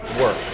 work